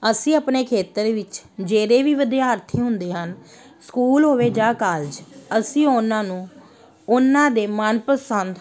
ਅਸੀਂ ਆਪਣੇ ਖੇਤਰ ਵਿੱਚ ਜਿਹੜੇ ਵੀ ਵਿਦਿਆਰਥੀ ਹੁੰਦੇ ਹਨ ਸਕੂਲ ਹੋਵੇ ਜਾਂ ਕਾਲਜ ਅਸੀਂ ਉਹਨਾਂ ਨੂੰ ਉਹਨਾਂ ਦੇ ਮਨਪਸੰਦ